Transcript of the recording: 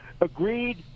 agreed